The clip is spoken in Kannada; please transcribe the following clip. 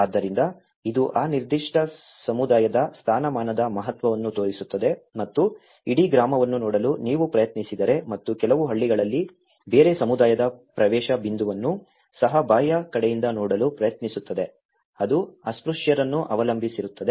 ಆದ್ದರಿಂದ ಇದು ಆ ನಿರ್ದಿಷ್ಟ ಸಮುದಾಯದ ಸ್ಥಾನಮಾನದ ಮಹತ್ವವನ್ನು ತೋರಿಸುತ್ತದೆ ಮತ್ತು ಇಡೀ ಗ್ರಾಮವನ್ನು ನೋಡಲು ನೀವು ಪ್ರಯತ್ನಿಸಿದರೆ ಮತ್ತು ಕೆಲವು ಹಳ್ಳಿಗಳಲ್ಲಿ ಬೇರೆ ಸಮುದಾಯದ ಪ್ರವೇಶ ಬಿಂದುವನ್ನು ಸಹ ಬಾಹ್ಯ ಕಡೆಯಿಂದ ನೋಡಲು ಪ್ರಯತ್ನಿಸುತ್ತದೆ ಅದು ಅಸ್ಪೃಶ್ಯರನ್ನು ಅವಲಂಬಿಸಿರುತ್ತದೆ